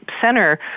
center